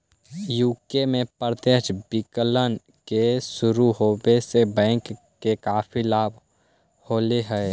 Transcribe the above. UK में प्रत्यक्ष विकलन के शुरू होवे से बैंक के काफी लाभ होले हलइ